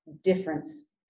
difference